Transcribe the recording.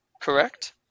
correct